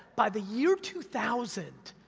by the year two thousand,